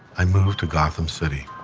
i moved to gotham city,